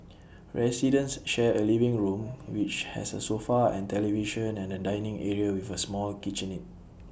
residents share A living room which has A sofa and television and A dining area with A small kitchenette